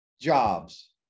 jobs